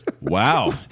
Wow